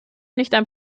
einfach